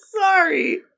Sorry